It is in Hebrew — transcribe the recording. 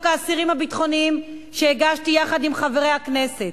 האסירים הביטחוניים שהגשתי יחד עם חברי הכנסת.